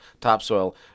topsoil